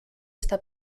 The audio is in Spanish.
está